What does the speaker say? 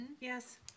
Yes